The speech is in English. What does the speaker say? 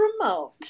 remote